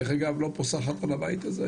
דרך אגב לא פוסחת על הבית הזה,